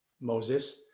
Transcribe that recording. Moses